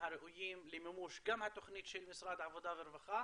הראויים למימוש גם התוכנית של משרד העבודה והרווחה